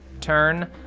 turn